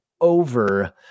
Over